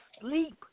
sleep